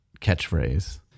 catchphrase